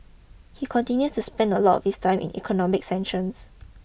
he continues to spend a lot of his time on economic sanctions